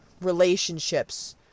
relationships